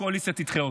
הקואליציה תדחה אותן.